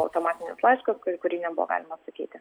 automatinis laiškas į kurį nebuvo galima atsakyti